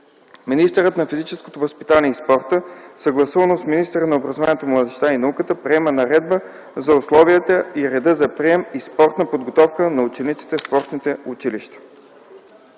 Министърът на физическото възпитание и спорта, съгласувано с министъра на образованието, младежта и науката, приема наредба за условията и реда за прием и спортна подготовка на учениците в спортните училища.”